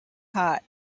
hot